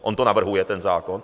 On to navrhuje, ten zákon.